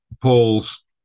Paul's